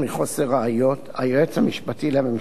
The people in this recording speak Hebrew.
היועץ המשפטי לממשלה קיבל את המלצת